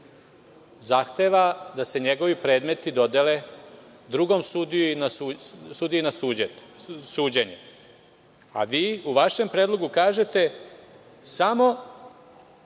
zahteva da se njegovi predmeti dodele drugom sudiji na suđenje. Vi u vašem predlogu kažete – samo